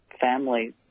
family